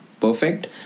perfect